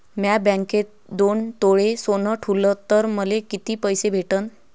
म्या बँकेत दोन तोळे सोनं ठुलं तर मले किती पैसे भेटन